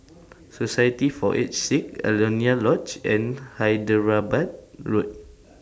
Society For Aged Sick Alaunia Lodge and Hyderabad Road